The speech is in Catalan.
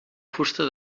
fusta